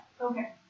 Okay